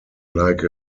like